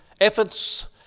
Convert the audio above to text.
efforts